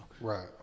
Right